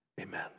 Amen